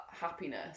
happiness